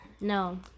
No